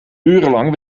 urenlang